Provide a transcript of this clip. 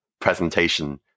presentation